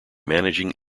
managing